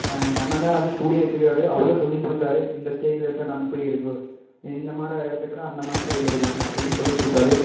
எங்கள் அண்ணந்தான் வந்து ஸ்டூடியோ வெச்சிருக்கார் அவர் தான் சொல்லிக் கொடுத்தாரு இந்த ஸ்டைலில் எடுத்தால் இப்படி இருக்கும் இந்த மாரி இடத்துக்கெல்லா அந்த மாதிரி ஸ்டைலில் எடுக்கணும் அப்படின்னு சொல்லிக் கொடுத்தாரு